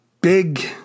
big